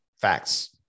facts